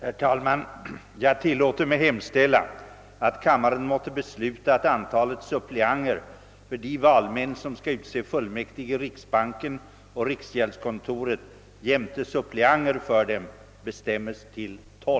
Herr talman! Jag ber att få föreslå att kammaren måtte besluta att antalet suppleanter för de valmän, som skall utse fullmäktige i riksbanken och riksgäldskontoret jämte suppleanter för dem, bestämmes till tio.